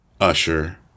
Usher